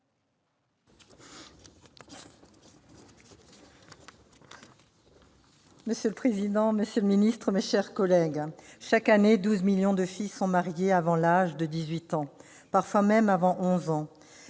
Monsieur le président, monsieur le secrétaire d'État, mes chers collègues, chaque année, 12 millions de filles sont mariées avant l'âge de 18 ans, parfois même avant 11 ans.